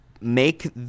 make